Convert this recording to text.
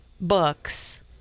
books